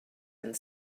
and